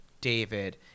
David